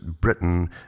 Britain